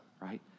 right